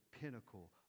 pinnacle